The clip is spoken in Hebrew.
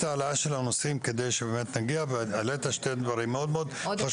2021 התקבלו 19 פסקי דין,